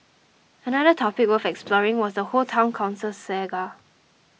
another topic worth exploring was the whole Town Council saga